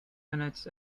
minutes